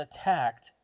attacked